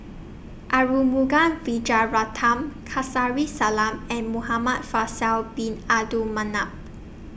Arumugam Vijiaratnam Kamsari Salam and Muhamad Faisal Bin Abdul Manap